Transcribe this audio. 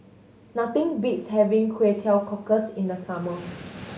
nothing beats having Kway Teow Cockles in the summer